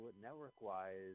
network-wise